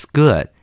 good